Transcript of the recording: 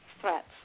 threats